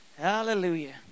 Hallelujah